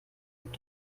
mit